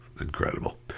incredible